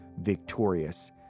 victorious